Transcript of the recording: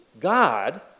God